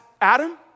Adam